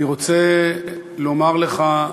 אני רוצה לומר לך,